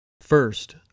First